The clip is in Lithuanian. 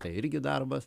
tai irgi darbas